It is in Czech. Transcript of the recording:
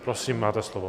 Prosím, máte slovo.